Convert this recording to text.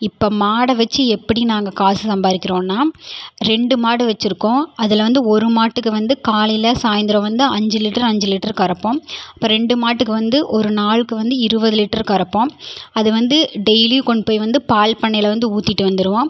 இப்போ மாடை வச்சு எப்படி நாங்கள் காசு சம்பாதிக்கிறோன்னா ரெண்டு மாடு வச்சுருக்கோம் அதில் வந்து ஒரு மாட்டுக்கு வந்து காலையில் சாய்ந்திரம் வந்து அஞ்சு லிட்ரு அஞ்சு லிட்ரு கறப்போம் அப்போ ரெண்டு மாட்டுக்கு வந்து ஒரு நாளுக்கு வந்து இருபது லிட்ரு கறப்போம் அதுவந்து டெய்லியும் கொண்டு போய் வந்து பால் பண்ணையில் வந்து ஊற்றிட்டு வந்துருவோம்